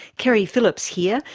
keri phillips here,